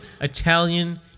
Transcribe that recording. Italian